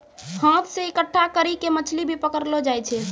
हाथ से इकट्ठा करी के मछली भी पकड़लो जाय छै